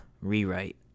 rewrite